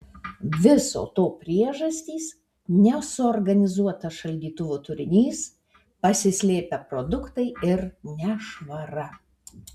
viso to priežastys nesuorganizuotas šaldytuvo turinys pasislėpę produktai ir nešvara